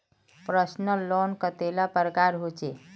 Personal loan कतेला प्रकारेर होचे?